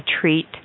treat